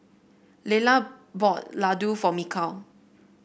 Lelah bought Laddu for Mikal